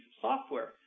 software